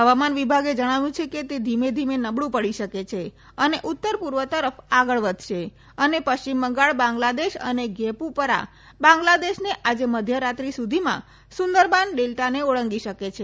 હવામાન વિભાગે જણાવ્યું છે કે તે ધીમે ધીમે નબળ્ પડી શકે છે અને ઉત્તર પુર્વ તરફ આગળ વધશે અને પશ્ચિમ બંગાળ બાંગ્લાદેશ અને ઘેપુપરા બાંગ્લાદેશને આજે મધ્યરાત્રી સુધીમાં સુંદરબાન ડેલ્ટાને ઓળંગી શકે છે